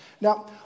Now